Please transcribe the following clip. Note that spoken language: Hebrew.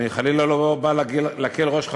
אני חלילה לא בא להקל ראש,